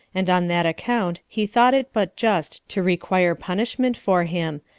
and on that account he thought it but just to require punishment for him,